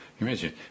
Imagine